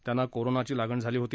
त्यांना कोरोनाची लागण झाली होती